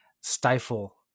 stifle